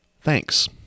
Thanks